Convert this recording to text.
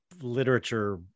literature